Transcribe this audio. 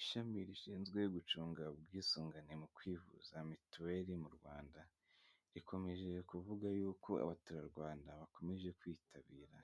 Ishami rishinzwe gucunga ubwisungane mu kwivuza mituweli mu Rwanda rikomeje kuvuga yuko abatura Rwanda bakomeje kwitabira